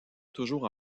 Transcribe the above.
toujours